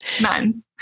None